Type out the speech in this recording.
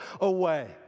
away